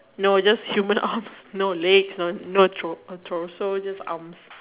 no just human arms no legs no no tor~ torso just arms